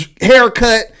haircut